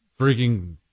freaking